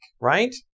right